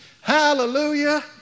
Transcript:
Hallelujah